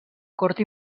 cort